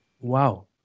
Wow